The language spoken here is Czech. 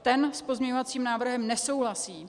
Ten s pozměňovacím návrhem nesouhlasí.